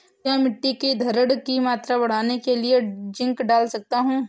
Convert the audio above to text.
क्या मिट्टी की धरण की मात्रा बढ़ाने के लिए जिंक डाल सकता हूँ?